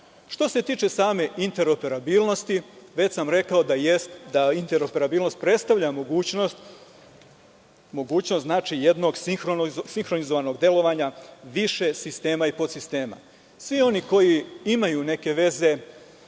se tiče sami interoparabilnosti, već sam rekao da interoparabilnost predstavlja mogućnost jednog sinhronizovanog delovanja više sistema i podsistema. Svi oni koji imaju neke veze